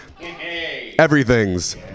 Everything's